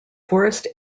forest